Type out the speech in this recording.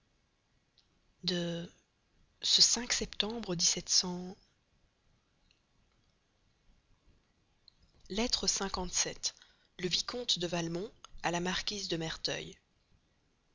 de septembre lettre xvii le vicomte de valmont à la marquise de merteuil